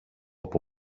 από